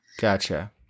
Gotcha